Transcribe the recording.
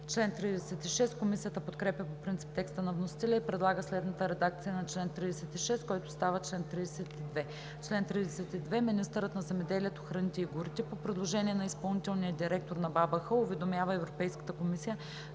т. 2.“ Комисията подкрепя по принцип текста на вносителя и предлага следната редакция на чл. 36, който става чл. 32: „Чл. 32. Министърът на земеделието, храните и горите, по предложение на изпълнителния директор на БАБХ, уведомява Европейската комисия